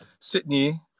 Sydney